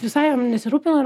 visai nesirūpino ir